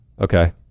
Okay